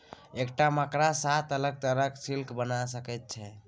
एकटा मकड़ा सात अलग तरहक सिल्क बना सकैत छै